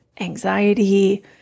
anxiety